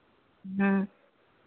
हाँ